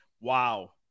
Wow